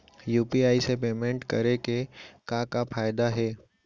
UPI से payment करे के का का फायदा हे?